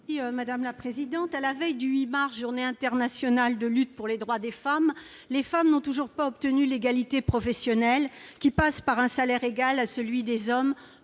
citoyen et écologiste. À la veille du 8 mars, Journée internationale de lutte pour les droits des femmes, les femmes n'ont toujours pas obtenu l'égalité professionnelle qui passe par un salaire égal à celui des hommes